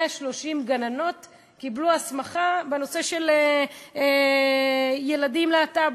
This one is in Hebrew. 130 גננות קיבלו הסמכה בנושא של ילדים להט"ב,